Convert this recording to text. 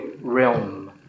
realm